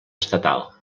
estatal